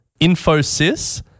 Infosys